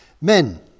Men